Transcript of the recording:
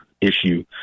issue